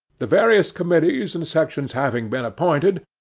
the various committees and sections having been appointed,